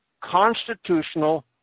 constitutional